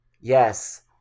Yes